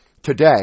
Today